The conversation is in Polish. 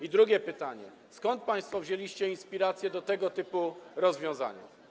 I drugie pytanie: Skąd państwo wzięliście inspirację do tego typu rozwiązania?